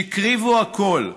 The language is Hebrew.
שהקריבו הכול.